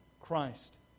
Christ